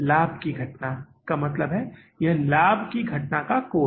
लाभ की घटना का मतलब है लाभ की घटना का कोण